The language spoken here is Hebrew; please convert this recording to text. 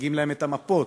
שמציגים להם את המפות,